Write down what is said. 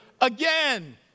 again